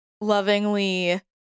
lovingly